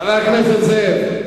חבר הכנסת זאב,